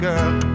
Girl